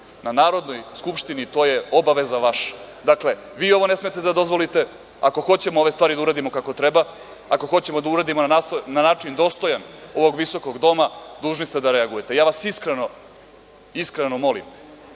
na Narodnoj skupštini, to je obaveza vaša. Dakle, vi ovo ne smete da dozvolite, ako hoćemo ove stvari da uradimo kako treba, ako hoćemo da uradimo na način dostojan ovog visokog doma dužni ste da reagujete. Ja vas iskreno, iskreno molim